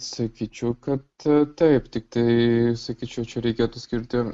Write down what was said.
sakyčiau kad taip tiktai sakyčiau čia reikėtų skirti